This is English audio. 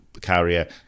carrier